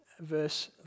verse